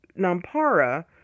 Nampara